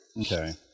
Okay